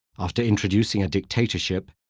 after introducing a dictatorship,